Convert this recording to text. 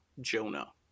Jonah